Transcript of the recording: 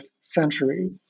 century